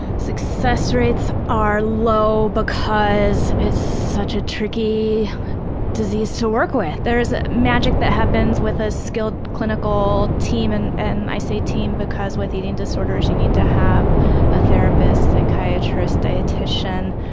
success rates are low because it's such a tricky disease to work with. there's the ah magic that happens with a skilled, clinical team and and i say team because with eating disorders you need to have a therapist, psychiatrist, dietician,